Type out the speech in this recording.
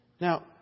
Now